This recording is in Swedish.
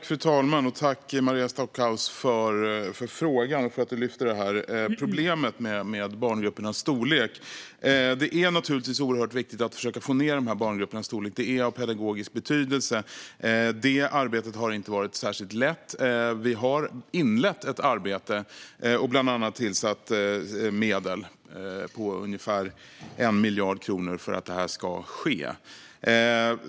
Fru talman! Jag tackar Maria Stockhaus för frågan och för att hon tar upp problemet med barngruppernas storlek. Det är naturligtvis oerhört viktigt att försöka få ned barngruppernas storlek; det är av pedagogisk betydelse. Detta arbete har inte varit särskilt lätt. Vi har inlett ett arbete och bland annat tillsatt medel om ungefär 1 miljard kronor för att detta ska ske.